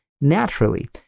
naturally